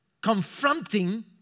confronting